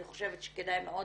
אני חושבת שכדאי מאוד